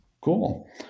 cool